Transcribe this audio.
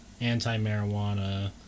anti-marijuana